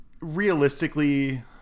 realistically